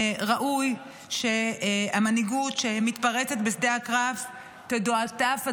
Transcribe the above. ראוי שהמנהיגות שמתפרצת בשדה הקרב תתועדף,